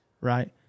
right